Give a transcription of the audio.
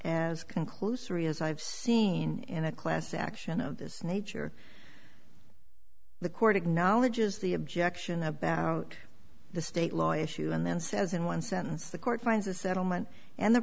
conclusory as i've seen in a class action of this nature the court acknowledges the objection about the state law issue and then says in one sentence the court finds a settlement and the